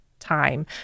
time